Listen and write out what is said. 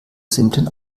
simplen